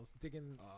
digging